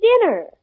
dinner